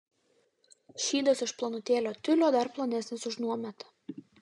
šydas iš plonutėlio tiulio dar plonesnis už nuometą